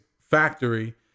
factory